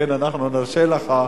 לכן אנחנו נרשה לך,